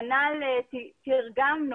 כנ"ל תרגמנו,